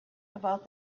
about